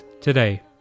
today